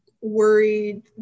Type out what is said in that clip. worried